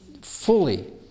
fully